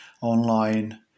online